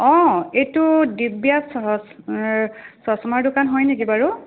অঁ এইটো দিব্যা চশমাৰ দোকান হয় নেকি বাৰু